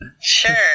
Sure